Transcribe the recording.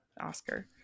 Oscar